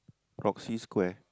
proxy square